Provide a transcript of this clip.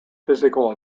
physical